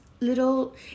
little